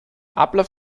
ablauf